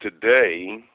today